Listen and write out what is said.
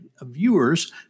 viewers